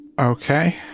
Okay